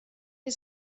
wir